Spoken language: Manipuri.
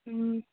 ꯎꯝ